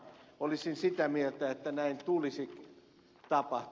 olisin sitä mieltä että näin tulisi tapahtua